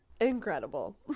Incredible